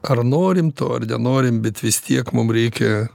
ar norim to ar nenorim bet vis tiek mum reikia